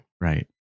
Right